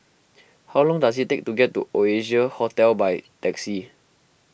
how long does it take to get to Oasia Hotel by taxi